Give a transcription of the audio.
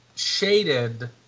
shaded